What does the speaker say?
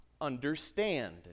understand